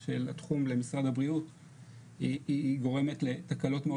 במשרד הבריאות נערכו והכינו תקנות בנושא.